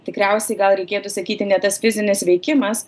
tikriausiai gal reikėtų sakyti ne tas fizinis veikimas